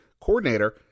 coordinator